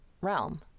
realm